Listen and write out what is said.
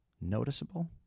noticeable